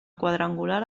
quadrangular